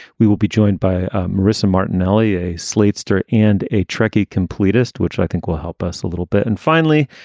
we will be joined by rissa martinelli, a slate star and a trekkie completist, which i think will help us a little bit. and finally,